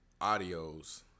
audios